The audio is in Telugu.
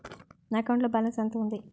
నా అకౌంట్ లో బాలన్స్ ఎంత ఉంది?